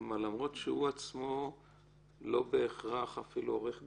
למרות שהוא בעצמו לא בהכרח עורך דין?